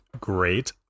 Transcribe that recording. great